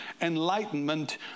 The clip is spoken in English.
Enlightenment